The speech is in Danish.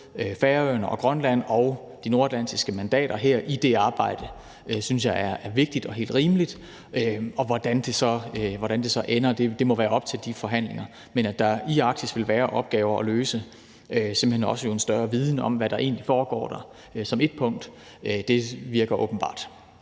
Færøerne og Grønland og de nordatlantiske mandater i det arbejde, synes jeg er vigtigt og helt rimeligt. Og hvordan det så ender, må være op til de forhandlinger. Men at der i Arktis vil være opgaver at løse – og jo simpelt hen også i forhold til en større viden om, hvad der egentlig foregår der, som ét punkt – virker åbenbart.